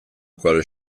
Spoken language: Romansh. quella